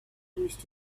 used